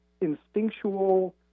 instinctual